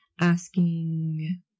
asking